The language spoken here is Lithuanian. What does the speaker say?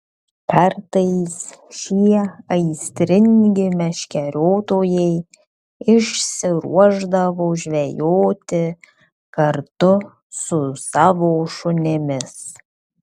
kartais šie aistringi meškeriotojai išsiruošdavo žvejoti kartu su savo šunimis